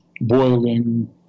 boiling